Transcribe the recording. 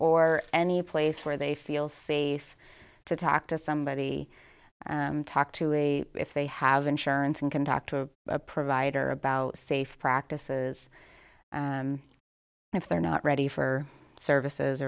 or any place where they feel safe to talk to somebody talk to a if they have insurance and can talk to a provider about safe practices and if they're not ready for services